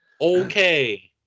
okay